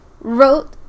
wrote